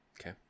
Okay